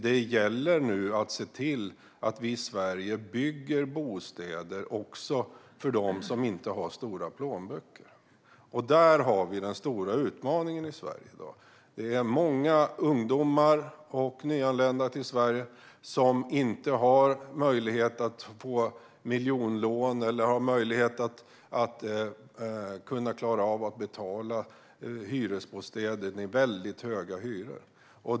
Nu gäller det att se till att vi i Sverige bygger bostäder också för dem som inte har stora plånböcker. Där har vi den stora utmaningen i Sverige i dag. Det är många ungdomar och nyanlända i Sverige som inte har möjlighet att få miljonlån eller som inte klarar av att betala hyresbostäder med väldigt höga hyror.